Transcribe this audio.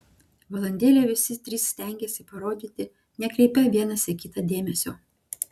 valandėlę visi trys stengėsi parodyti nekreipią vienas į kitą dėmesio